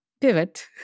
pivot